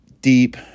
deep